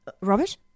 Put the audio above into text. Robert